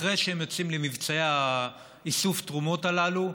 אחרי שהם יוצאים למבצעי איסוף תרומות הללו,